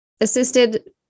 assisted